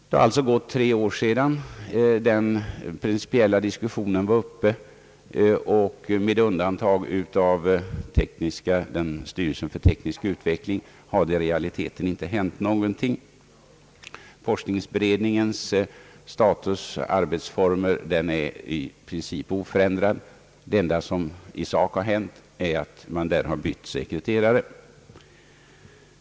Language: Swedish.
Det har alltså gått tre år sedan den principiella diskussionen fördes, och det har, med undantag av tillkomsten av styrelsen för teknisk utveckling, i realiteten inte hänt någonting. Forskningsberedningens status och arbetsformer är i princip oförändrade. Det enda som i sak har hänt är att man där har bytt sekreterare.